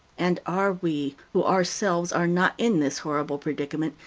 and are we, who ourselves are not in this horrible predicament,